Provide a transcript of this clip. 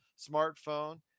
smartphone